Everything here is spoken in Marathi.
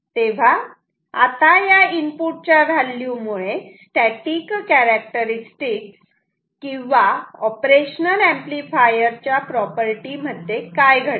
तेव्हा आता या इनपुटच्या व्हॅल्यू मुळे स्टॅटिक कॅरेक्टरस्टिक्स किंवा ऑपरेशनल ऍम्प्लिफायर च्या प्रॉपर्टी मध्ये काय घडेल